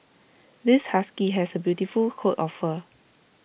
this husky has A beautiful coat of fur